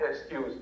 excuse